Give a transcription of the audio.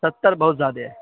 ستر بہت زیادے ہے